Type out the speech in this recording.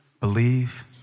believe